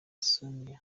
sonia